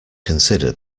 consider